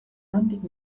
nondik